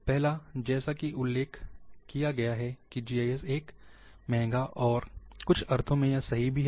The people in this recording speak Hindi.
पहला जैसा की उल्लेख किया गया है कि जीआईएस महंगा है और कुछ अर्थों में यह सही भी है